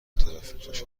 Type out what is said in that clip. ترافیک